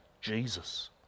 Jesus